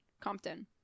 Compton